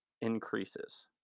increases